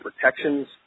protections